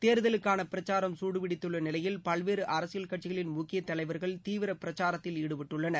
தேர்தலுக்கான பிரச்சாரம் சூடுபிடித்துள்ள நிலையில் பல்வேறு அரசியல் கட்சிகளின் முக்கிய தலைவர்கள் தீவிர பிரச்சாரத்தில் ஈடுபட்டுள்ளனர்